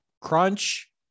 crunch